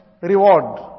reward